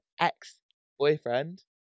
ex-boyfriend